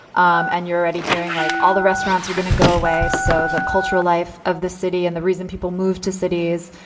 um and you're already hearing like all the restaurants are going to go away. so the cultural life of the city and the reason people move to cities,